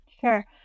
Sure